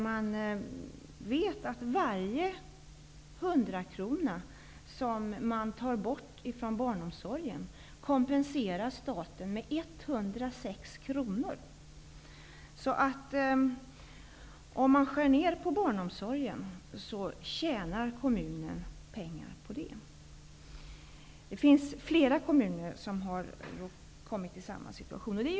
Man vet att varje hundrakrona som tas bort från barnomsorgen kompenseras av staten med 106 kr. Om man skär ned barnomsorgen, tjänar kommunen pengar. Det finns flera kommuner i samma situation.